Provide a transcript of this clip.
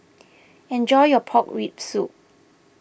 enjoy your Pork Rib Soup